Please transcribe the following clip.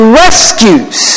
rescues